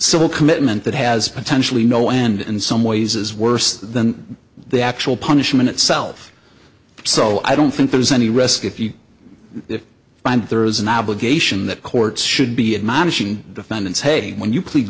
civil commitment that has potentially no end in some ways is worse than the actual punishment itself so i don't think there's any risk if you find there is an obligation that courts should be admonishing defendants saying when you plead